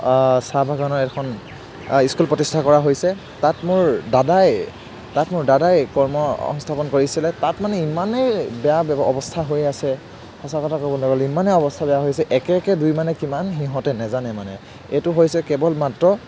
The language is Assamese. চাহ বাগানৰ এখন স্কুল প্ৰতিষ্ঠা কৰা হৈছে তাত মোৰ দাদাই তাত মোৰ দাদাই কৰ্ম সংস্থাপন কৰিছিলে তাত মানে ইমানেই বেয়া অৱস্থা হৈ আছে সঁচা কথা কবলৈ গ'লে ইমানেই অৱস্থা বেয়া হৈ আছে একে একে দুই মানে কিমান সিহঁতে নাজানে মানে এইটো হৈছে কেৱল মাত্ৰ